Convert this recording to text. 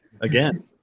again